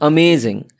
Amazing